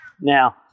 Now